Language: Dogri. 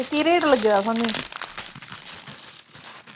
ते केह् रेट लग्गे दा थुहानू